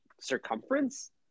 circumference